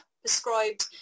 prescribed